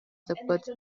сыппыт